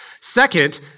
Second